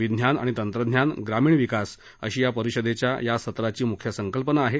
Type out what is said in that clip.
विज्ञान आणि तंत्रज्ञान ग्रामीण विकास अशी या परिषदेच्या या सत्राची मुख्य संकल्पना आहे